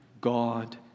God